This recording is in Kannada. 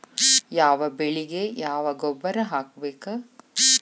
ಯಾವ ಬೆಳಿಗೆ ಯಾವ ಗೊಬ್ಬರ ಹಾಕ್ಬೇಕ್?